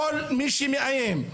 כל מי שמאיים,